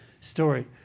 story